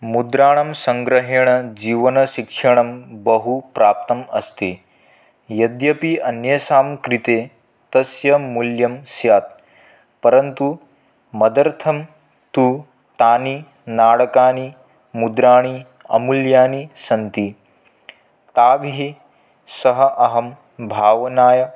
मुद्राणां सङ्ग्रहेण जीवनशिक्षणं बहु प्राप्तम् अस्ति यद्यपि अन्येषां कृते तस्य मूल्यं स्यात् परन्तु मदर्थं तु तानि नाणकानि मुद्राणि अमूल्यानि सन्ति ताभिः सह अहं भावनया